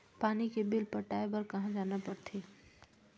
पानी के बिल पटाय बार कहा जाना पड़थे?